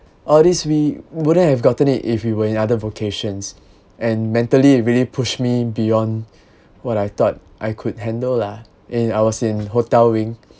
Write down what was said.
all these we wouldn't have gotten it if we were in other vocations and mentally really pushed me beyond what I thought I could handle lah in I was in hotel wing